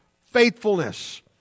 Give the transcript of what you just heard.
faithfulness